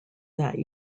that